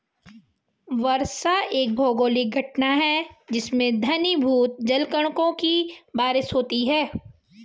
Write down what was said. वर्षा एक भौगोलिक घटना है जिसमें घनीभूत जलकणों की बारिश होती है